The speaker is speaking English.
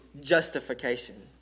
justification